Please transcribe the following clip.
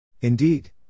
Indeed